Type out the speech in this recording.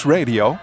Radio